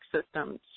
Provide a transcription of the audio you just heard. systems